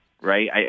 right